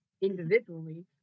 individually